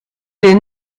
des